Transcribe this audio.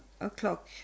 o'clock